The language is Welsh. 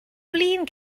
flin